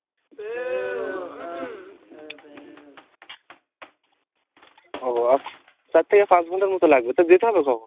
ও চার থেকে পাঁচ ঘন্টার মতো লাগবে তো যেতে হবে কখন